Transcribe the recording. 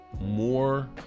more